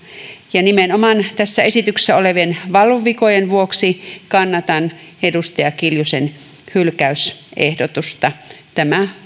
ja nimenomaan tässä esityksessä olevien valuvikojen vuoksi kannatan edustaja kiljusen hylkäysehdotusta tämä